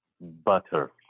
Butter